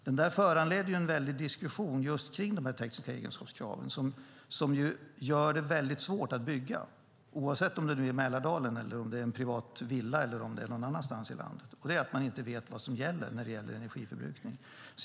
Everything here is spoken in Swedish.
Den föranledde en väldig diskussion just kring de tekniska egenskapskrav som gör det väldigt svårt att bygga, oavsett om det är i Mälardalen eller en privat villa någon annanstans i landet. Det är att man inte vet vad som gäller i fråga om energiförbrukningen.